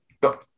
Go